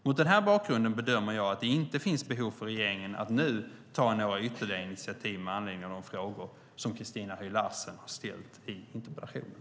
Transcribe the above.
Mot den här bakgrunden bedömer jag att det inte finns behov för regeringen att nu ta några ytterligare initiativ med anledning av de frågor som Christina Höj Larsen har ställt i interpellationen.